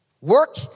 Work